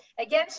Again